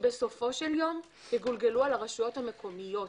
שבסופו של יום יגולגלו על הרשויות המקומיות.